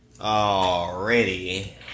Already